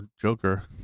Joker